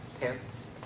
Tents